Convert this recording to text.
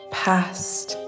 past